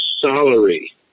salary